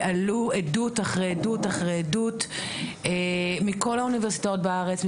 ועלו עדות אחר עדות אחר עדות מכל האוניברסיטאות בארץ,